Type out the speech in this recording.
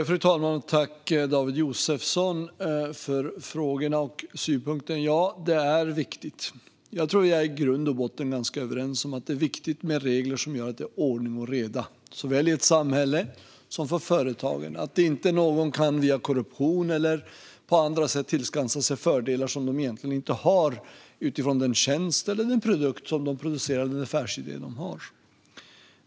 Fru talman! Tack, David Josefsson, för frågorna och synpunkten! Ja, det är viktigt. Jag tror att vi i grund och botten är ganska överens om att det är viktigt med regler som leder till ordning och reda. Det gäller såväl i ett samhälle som för företag. Ingen ska via korruption eller på andra sätt tillskansa sig fördelar man egentligen inte har utifrån den tjänst eller produkt som man producerar eller den affärsidé som man har.